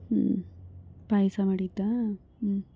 ಹ್ಞೂ ಪಾಯಸ ಮಾಡಿದ್ಯಾ ಹ್ಞೂ